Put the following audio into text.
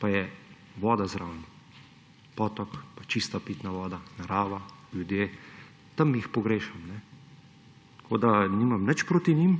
pa je voda zraven, potok in čista pitna voda, narava, ljudje; tam jih pogrešam. Nimam nič proti njim